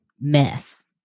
mess